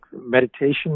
meditation